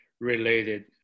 related